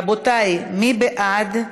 רבותי, מי בעד?